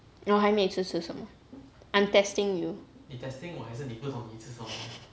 我还每次吃什么 I'm testing you